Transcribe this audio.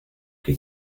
que